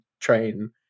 train